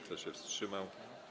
Kto się wstrzymał?